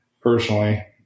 personally